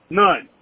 none